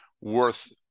worth